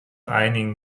einigen